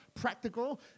practical